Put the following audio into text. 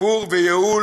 שיפור וייעול